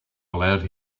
allowed